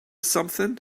something